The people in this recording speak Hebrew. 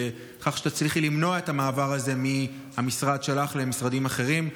שתצליחי למנוע את המעבר הזה מהמשרד שלך למשרדים אחרים.